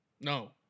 No